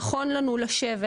נכון לנו לשבת,